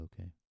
okay